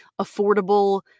affordable